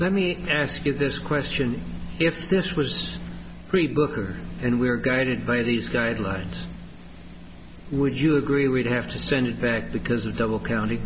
let me ask you this question if this was pre book or and we were guarded by these guidelines would you agree we'd have to send it back because of double count